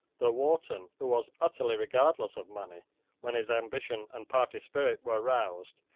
though wharton, who was utterly regardless of money when his ambition and party spirit were roused,